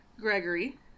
Gregory